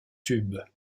tube